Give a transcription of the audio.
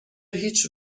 هیچ